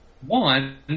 one